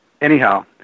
Anyhow